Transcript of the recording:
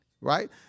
right